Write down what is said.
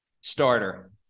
starter